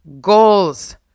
goals